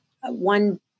one